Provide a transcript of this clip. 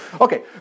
Okay